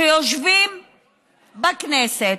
שיושבים בכנסת.